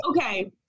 okay